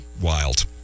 Wild